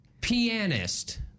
Pianist